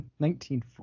1940